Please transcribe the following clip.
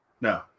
No